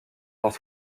dans